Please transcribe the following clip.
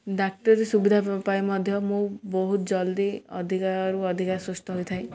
ଡାକ୍ତରୀ ସୁବିଧା ପାଇଁ ମଧ୍ୟ ମୁଁ ବହୁତ ଜଲ୍ଦି ଅଧିକାରୁ ଅଧିକା ସୁସ୍ଥ ହୋଇଥାଏ